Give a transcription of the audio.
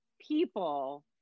people